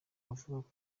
avuga